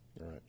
Right